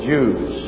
Jews